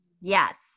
Yes